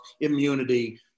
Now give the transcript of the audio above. immunity